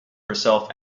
herself